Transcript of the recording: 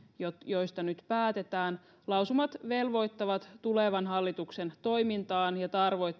joista joista nyt päätetään lausumat velvoittavat tulevan hallituksen toimintaan ja